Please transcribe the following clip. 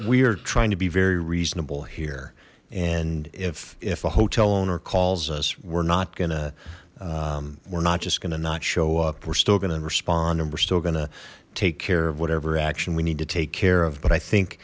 are trying to be very reasonable here and if if a hotel owner calls us we're not gonna we're not just going to not show up we're still going to respond and we're still gonna take care of whatever action we need to take care of but i think